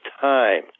time